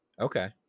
Okay